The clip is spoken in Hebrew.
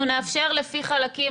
אנחנו נאפשר לפי חלקים,